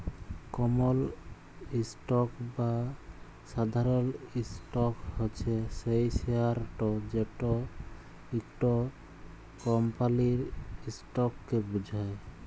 কমল stock বা সাধারল stock হছে সেই শেয়ারট যেট ইকট কমপালির ইসটককে বুঝায়